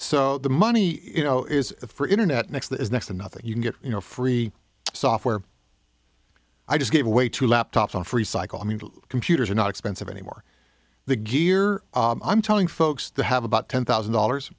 so the money you know is for internet next is next to nothing you can get you know free software i just gave away to laptops off recycle i mean computers are not expensive anymore the gear i'm telling folks to have about ten thousand dollars